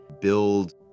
build